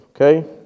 Okay